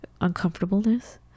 uncomfortableness